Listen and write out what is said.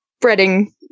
spreading